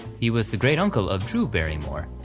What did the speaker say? he was the great uncle of drew barrymore,